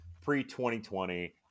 pre-2020